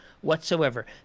whatsoever